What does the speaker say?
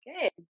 Good